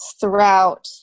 throughout